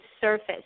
surface